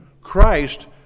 Christ